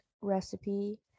recipe